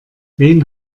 wen